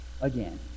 Again